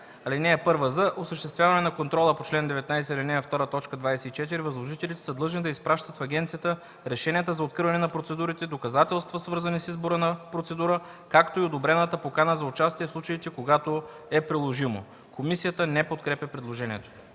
така: „(1) За осъществяване на контрола по чл. 19, ал. 2, т. 24 възложителите са длъжни да изпращат в агенцията решенията за откриване на процедурите, доказателства, свързани с избора на процедура, както и одобрената покана за участие, в случаите когато е приложимо.” Комисията не подкрепя предложението.